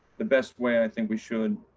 the best way i think we should.